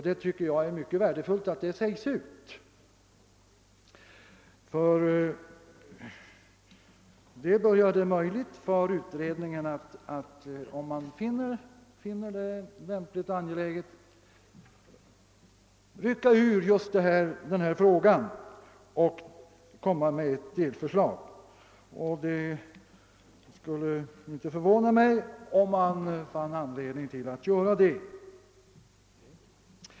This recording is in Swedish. Jag tycker att detta uttalande är mycket värdefullt, ty det visar att utredningen, om den så finner lämpligt och angeläget, kan rycka ut just denna fråga och presentera ett delförslag. Det skulle inte förvåna mig om utredningen fann anledning att göra det.